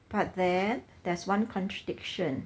but then there is one contradiction